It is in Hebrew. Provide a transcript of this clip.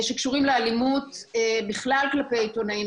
שקשורים לאלימות בכלל כלפי עיתונאים,